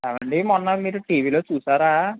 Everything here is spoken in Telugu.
ఏమండి మొన్న మీరు టీవిలో చూసారా